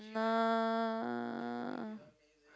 nah